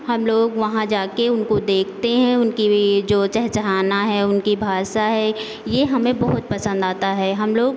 हम लोग वहाँ जाके उनको देखते हैं उनकी ये जो चहचहाना है उनकी भाषा है ये हमें बहुत पसंद आता है हम लोग